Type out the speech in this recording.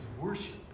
worship